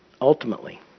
Ultimately